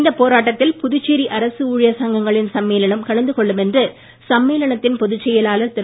இந்த போராட்டத்தில் புதுச்சேரி அரசு ஊழியர் சங்கங்களின் சம்மேளனம் கலந்து கொள்ளும் என்று சம்மேளனத்தின் பொதுச் செயலாளர் திரு